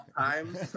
times